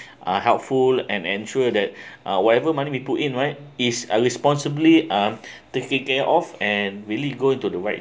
uh helpful and ensure that uh whatever money we put in right is a responsibly um taking care of and really go to the right